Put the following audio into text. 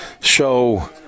show